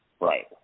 Right